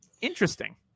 Interesting